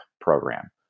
program